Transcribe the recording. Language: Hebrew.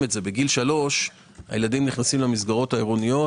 את זה בגיל 3 הילדים נכנסים למסגרות העירוניות